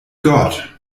gott